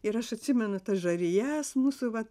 ir aš atsimenu tas žarijas mūsų vat